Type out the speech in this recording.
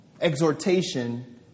exhortation